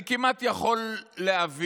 אני כמעט יכול להבין